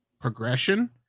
progression